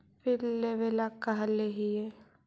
फिर लेवेला कहले हियै?